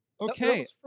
Okay